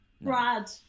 Brad